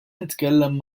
nitkellem